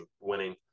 winning